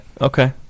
okay